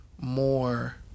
more